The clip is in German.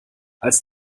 als